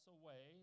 away